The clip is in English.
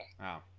Wow